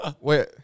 wait